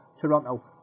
Toronto